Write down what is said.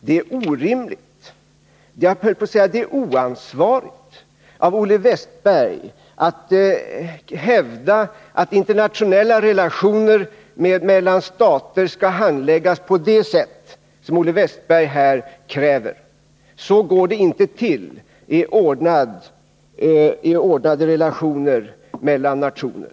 Det är orimligt — jag höll på att säga oansvarigt — av Olle Wästberg att hävda att internationella relationer mellan stater skall handläggas på det sätt som Olle Wästberg här kräver. Så går det inte till i ordnade relationer mellan nationer.